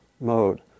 mode